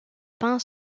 pain